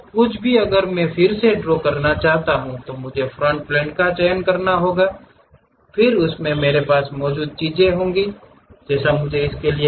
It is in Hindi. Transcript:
अब कुछ भी अगर मैं फिर से ड्रॉ करना चाहता हूं तो मुझे फ्रंट प्लेन चुनना होगा और इसी तरह मेरे पास मौजूद चीजें हैं ऐसा करने के लिए